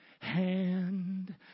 hand